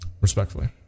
Respectfully